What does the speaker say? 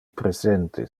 presente